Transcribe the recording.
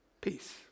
Peace